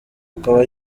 akaba